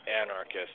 anarchist